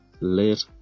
let